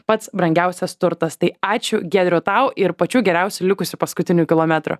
pats brangiausias turtas tai ačiū giedriau tau ir pačių geriausių likusių paskutinių kilometrų